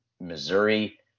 Missouri